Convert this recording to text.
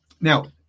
Now